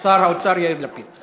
שר האוצר יאיר לפיד.